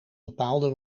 bepaalde